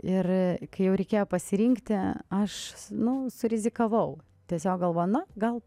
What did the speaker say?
ir kai jau reikėjo pasirinkti aš nu surizikavau tiesiog galvoju nu gal